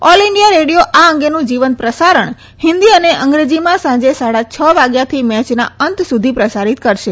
all India Radio આ અંગેનું જીવંત પ્રસારણ હિન્દી અને અંગ્રેજીમાં સાંજે સાડા છ વાગ્યાથી મેયના અંત સુધી પ્રસારીત કરશે